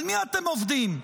על מי אתם עובדים?